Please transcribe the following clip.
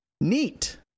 neat